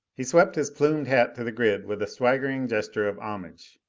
he swept his plumed hat to the grid with a swaggering gesture of homage.